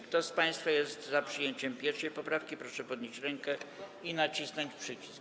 Kto z państwa jest za przyjęciem 1. poprawki, proszę podnieść rękę i nacisnąć przycisk.